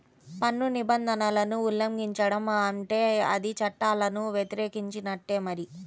పన్ను నిబంధనలను ఉల్లంఘించడం అంటే అది చట్టాలను వ్యతిరేకించినట్టే మరి